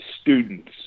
students